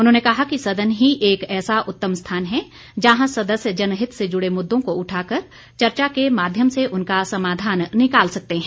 उन्होंने कहा कि सदन ही एक ऐसा उत्तम स्थान है जहां सदस्य जनहित से जुडे मुद्दों को उठाकर चर्चा के माध्यम से उनका समाधान निकाल सकते हैं